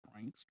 prankster